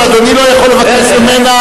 אבל אדוני לא יכול לבקש ממנה,